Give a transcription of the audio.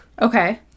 okay